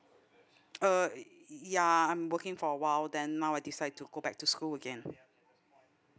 uh ya I'm working for a while then now I decide to go back to school again